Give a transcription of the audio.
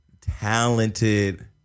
talented